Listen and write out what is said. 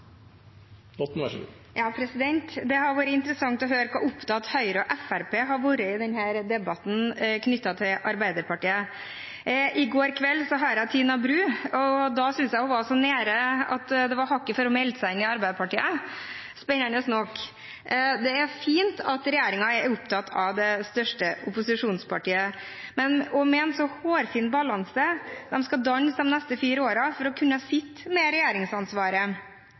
Det har vært interessant å høre hvor opptatt Fremskrittspartiet og Høyre har vært av Arbeiderpartiet i denne debatten. I går kveld hørte jeg Tina Bru, og da syntes jeg hun var så nær at det var hakket før hun meldte seg inn i Arbeiderpartiet – spennende nok. Det er fint at regjeringen er opptatt av det største opposisjonspartiet, og med en så hårfin balanse de skal danse med de neste fire årene for å kunne sitte med regjeringsansvaret,